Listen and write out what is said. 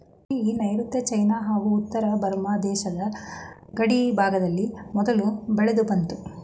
tea ನೈರುತ್ಯ China ಹಾಗೂ ಉತ್ತರ ಬರ್ಮ ದೇಶದ ಗಡಿಭಾಗದಲ್ಲಿ ಮೊದಲು ಬೆಳೆದುಬಂತು